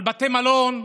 על בתי מלון,